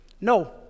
No